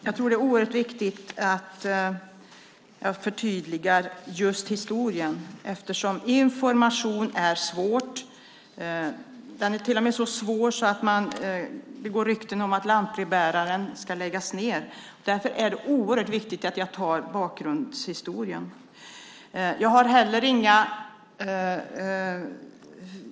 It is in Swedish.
Fru talman! Det är oerhört viktigt att jag förtydligar just historien eftersom information är svårt. Den är till och med så svår att det går rykten om att lantbrevbäringen ska läggas ned. Därför är det mycket viktigt att jag ger bakgrundshistorien.